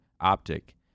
optic